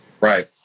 Right